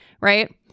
right